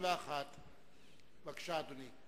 21). בבקשה, אדוני.